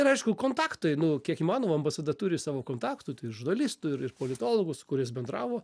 ir aišku kontaktai nu kiek įmanoma ambasada turi savo kontaktų tai ir žurnalistų ir ir politologų su kuriais bendravo